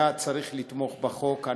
אבל אני חושב שהיה צריך לתמוך בחוק.